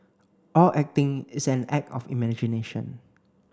all acting is an act of imagination